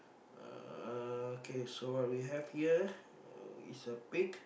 uh okay so what do we have here uh is a pig